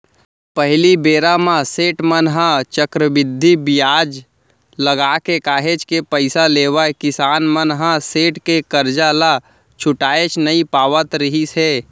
पहिली बेरा म सेठ मन ह चक्रबृद्धि बियाज लगाके काहेच के पइसा लेवय किसान मन ह सेठ के करजा ल छुटाएच नइ पावत रिहिस हे